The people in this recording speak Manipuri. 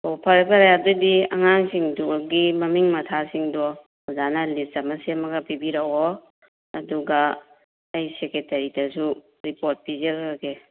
ꯑꯣ ꯐꯔꯦ ꯐꯔꯦ ꯑꯗꯨꯗꯤ ꯑꯉꯥꯡꯁꯤꯡꯗꯨꯒꯤ ꯃꯃꯤꯡ ꯃꯊꯥꯁꯤꯡꯗꯣ ꯑꯣꯖꯥꯅ ꯂꯤꯁ ꯑꯃ ꯁꯦꯝꯃꯒ ꯄꯤꯕꯤꯔꯛꯑꯣ ꯑꯗꯨꯒ ꯑꯩ ꯁꯦꯀꯦꯇꯔꯤꯗꯁꯨ ꯔꯤꯄꯣꯠ ꯄꯤꯖꯔꯒꯦ